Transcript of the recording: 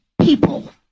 people